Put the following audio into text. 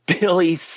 Billy